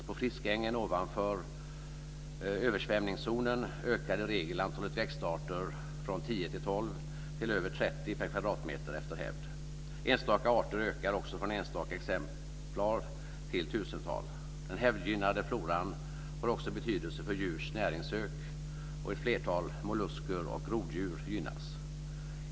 På friskängen ovanför översvämningszonen ökar i regel antalet växtarter från tio till tolv till över trettio per kvadratmeter efter hävd. Enstaka arter ökar också från enstaka exemplar till tusental. Den hävdgynnade floran har också betydelse för djurs näringssök, och ett flertal mollusker och groddjur gynnas.